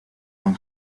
con